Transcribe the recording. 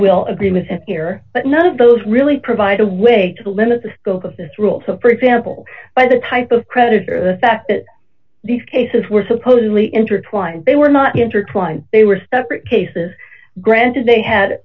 will agree with here but none of those really provide a way to limit the scope of this rule so for example by the type of creditor the fact that these cases were supposedly intertwined they were not intertwined they were separate cases granted they had